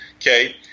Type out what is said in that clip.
okay